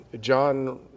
John